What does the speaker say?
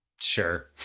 Sure